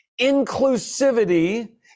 inclusivity